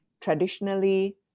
Traditionally